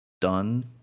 done